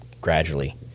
gradually